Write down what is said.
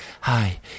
hi